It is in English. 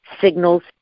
signals